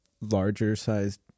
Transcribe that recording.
larger-sized